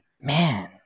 man